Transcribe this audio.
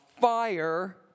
fire